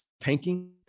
tanking